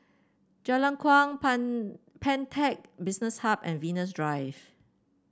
Jalan Kuang Pan Pantech Business Hub and Venus Drive